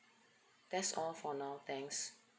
that's all for now thanks